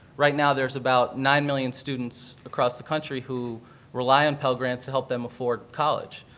right now there's about nine million students across the country who rely on pell grants to help them afford college.